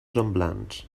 semblants